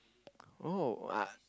oh I